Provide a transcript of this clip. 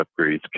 upgrades